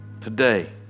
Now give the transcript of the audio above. Today